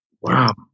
Wow